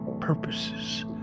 purposes